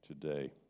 today